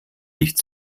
licht